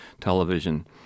television